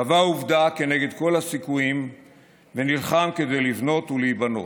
קבע עובדה כנגד כל הסיכויים ונלחם כדי לבנות ולהיבנות,